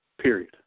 period